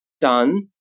done